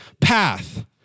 path